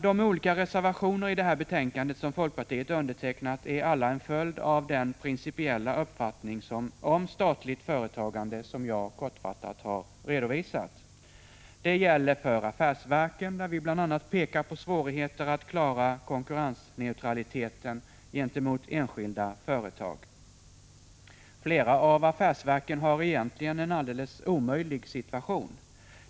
De olika reservationer i det här betänkandet som folkpartiet undertecknat är alla en följd av den principiella uppfattning om statligt företagande som jag kortfattat har redovisat. Det gäller t.ex. för affärsverken, där vi bl.a. pekar på svårigheterna att klara konkurrensneutraliteten gentemot enskilda företag. Flera av affärsverken har egentligen en alldeles omöjlig situation.